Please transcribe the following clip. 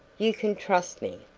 you can trust me.